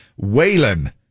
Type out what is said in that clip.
Waylon